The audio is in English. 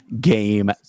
game